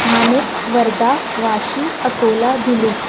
Thane Wardha Vashi Akola Dhule